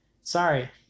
sorry